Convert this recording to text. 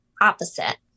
opposite